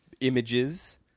images